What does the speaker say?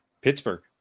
Pittsburgh